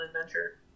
adventure